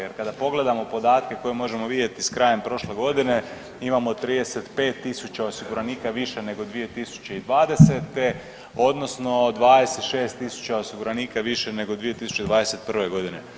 Jer kada pogledamo podatke koje možemo vidjeti sa krajem prošle godine imamo 35000 osiguranika više nego 2020. odnosno 26000 osiguranika više nego 2021. godine.